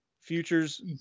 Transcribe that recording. futures